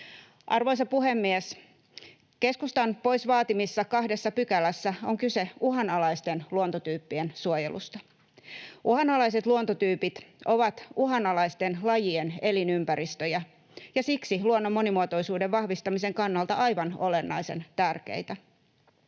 Arvoisa puhemies! Keskustan pois vaatimissa kahdessa pykälässä on kyse uhanalaisten luontotyyppien suojelusta. Uhanalaiset luontotyypit ovat uhanalaisten lajien elinympäristöjä ja siksi luonnon monimuotoisuuden vahvistamisen kannalta aivan olennaisen tärkeitä.